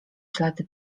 ślady